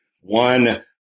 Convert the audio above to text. one